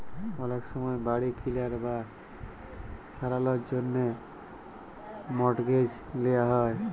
অলেক সময় বাড়ি কিলার বা সারালর জ্যনহে মর্টগেজ লিয়া হ্যয়